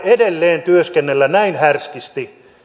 edelleen työskennellä näin härskisti